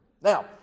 Now